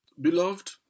beloved